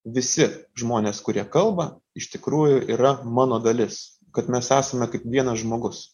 visi žmonės kurie kalba iš tikrųjų yra mano dalis kad mes esame kaip vienas žmogus